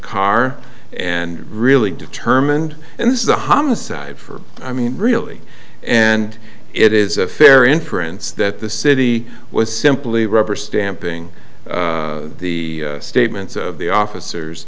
car and really determined and this is a homicide for i mean really and it is a fair inference that the city was simply rubber stamping the statements of the officers